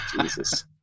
jesus